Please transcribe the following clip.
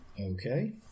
Okay